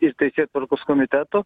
ir teisėtvarkos komiteto